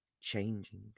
changing